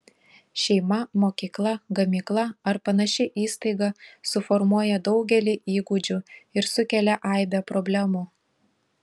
šeima mokykla gamykla ar panaši įstaiga suformuoja daugelį įgūdžių ir sukelia aibę problemų